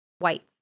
whites